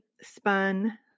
Spun